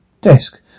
desk